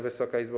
Wysoka Izbo!